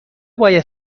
باید